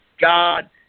God